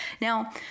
Now